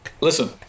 Listen